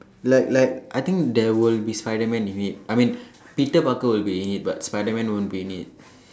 like like I think there will be Spiderman in it I mean Peter Parker will be in it but Spiderman won't be in it